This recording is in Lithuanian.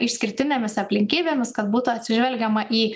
išskirtinėmis aplinkybėmis kad būtų atsižvelgiama į